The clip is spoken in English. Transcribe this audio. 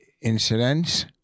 incidents